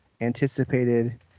anticipated